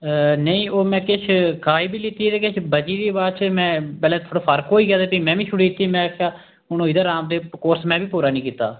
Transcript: नेईं ओह् में किश खाई बी लैत्ती ऐ ते किश बची दी बाद च फ्ही में पैह्लें थोह्ड़ा फर्क होई गेआ ते भी में बी छोड़ी दित्ती में आखेआ हून होई दा राम ते कोर्स में बी पूरा नेईं कीता